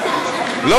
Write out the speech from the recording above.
לא,